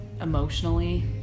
emotionally